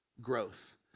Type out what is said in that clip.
growth